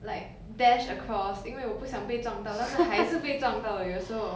like dash across 因为我不想被撞到但是还是被撞到 eh 有时候